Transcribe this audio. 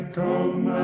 come